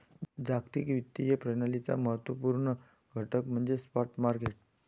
जागतिक वित्तीय प्रणालीचा महत्त्व पूर्ण घटक म्हणजे स्पॉट मार्केट